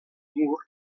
mur